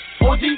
OG